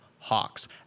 Hawks